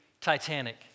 Titanic